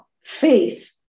faith